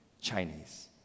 chinese